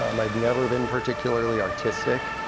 um i've never been particularly artistic,